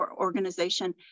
organization